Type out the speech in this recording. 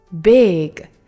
big